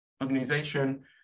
organization